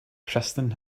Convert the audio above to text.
kristen